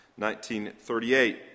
1938